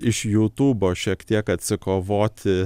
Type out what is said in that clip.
iš jutūbo šiek tiek atsikovoti